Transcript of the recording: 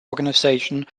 organization